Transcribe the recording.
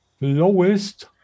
lowest